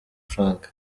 frank